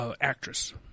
actress